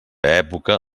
època